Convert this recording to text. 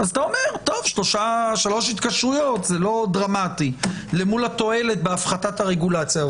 אתה אומר ששלוש התקשרויות זה לא דרמטי מול התועלת בהפחתת הרגולציה.